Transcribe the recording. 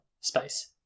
space